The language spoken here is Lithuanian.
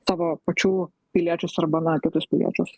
savo pačių piliečius arba na kitus piliečius